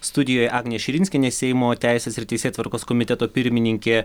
studijoj agnė širinskienė seimo teisės ir teisėtvarkos komiteto pirmininkė